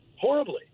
horribly